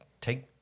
take